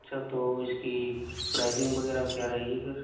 अच्छा तो इसकी प्राईज़िंग वगैरह क्या रहेगी फिर